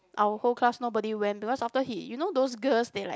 our whole class nobody went because after he you know those girls they like